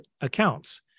accounts